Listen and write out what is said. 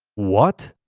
what.